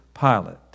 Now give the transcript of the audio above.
Pilate